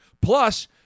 Plus